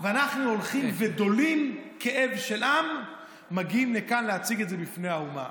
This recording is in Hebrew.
אנחנו הולכים ודולים כאב של עם ומגיעים לכאן להציג את זה בפני האומה.